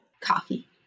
Coffee